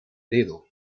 dedo